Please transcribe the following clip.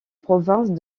provinces